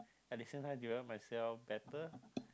at the same time develop myself better